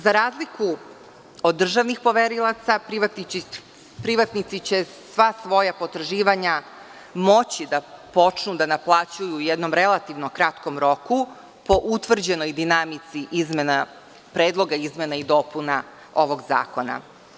Za razliku od državnih poverioca, privatnici će sva svoja potraživanja moći da počnu da naplaćuju u jednom relativno kratkom roku po utvrđenoj dinamici predloga izmena i dopuna ovog zakona.